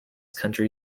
country